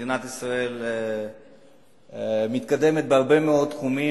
מדינת ישראל מתקדמת במחקר בהרבה מאוד תחומים,